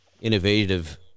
innovative